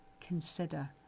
consider